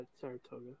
Saratoga